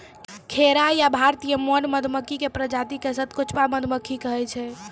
खैरा या भारतीय मौन मधुमक्खी के प्रजाति क सतकोचवा मधुमक्खी कहै छै